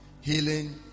healing